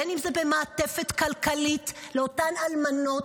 אם זה במעטפת כלכלית לאותן אלמנות,